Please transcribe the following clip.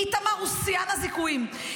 איתמר הוא שיאן הזיכויים.